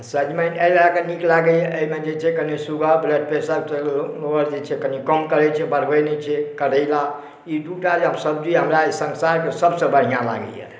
सजमनि अछि लए कए नीक लागैया जे एहिमे जे छै कने सुगर ब्लडप्रेशर ओ जे छै कने कम करै छै बढ़बै नहि छै करैला ई दूटा जे सब्जी अछि से हमरा संसारके सबसॅं बढ़िऑं लागैया